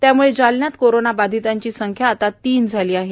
त्यामुळे जालन्यात कोरोना बाधितांची संख्या आता तीन झाली आहे